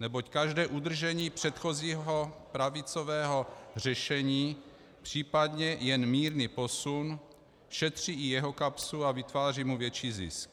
neboť každé udržení předchozího pravicového řešení, případně jen mírný posun, šetří i jeho kapsu a vytváří mu větší zisk.